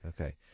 okay